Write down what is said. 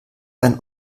einen